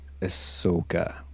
Ahsoka